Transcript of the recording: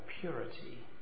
purity